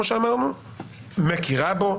מכירה בו,